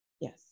Yes